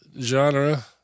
genre